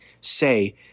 say